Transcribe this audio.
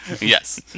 Yes